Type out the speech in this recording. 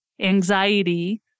anxiety